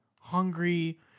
hungry